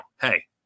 Hey